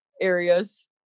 areas